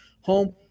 Home